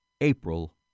April